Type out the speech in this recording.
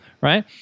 right